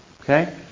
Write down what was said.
Okay